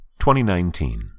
2019